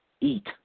eat